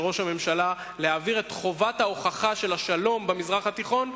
בביקור הבא של ראש הממשלה להעביר את חובת ההוכחה של השלום במזרח התיכון,